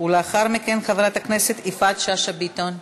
ולאחר מכן, חברת הכנסת יפעת שאשא ביטון.